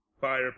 Fire